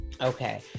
Okay